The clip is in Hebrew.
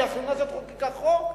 כי הכנסת חוקקה חוק?